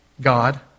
God